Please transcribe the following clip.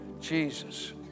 Jesus